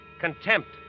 contempt